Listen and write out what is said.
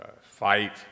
fight